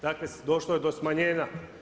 Dakle, došlo je do smanjenja.